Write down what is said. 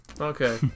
Okay